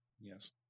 Yes